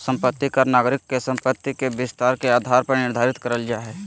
संपत्ति कर नागरिक के संपत्ति के विस्तार के आधार पर निर्धारित करल जा हय